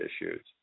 issues